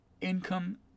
income